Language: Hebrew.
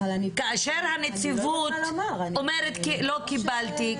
כאשר הנציבות אומרת לא קיבלתי,